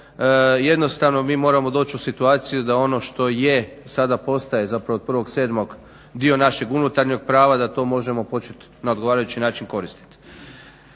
jednostavno mi moramo doći u situaciju da ono što je sada postaje zapravo do 1.7. dio našeg unutarnjeg prava da to možemo početi na odgovarajući način koristiti.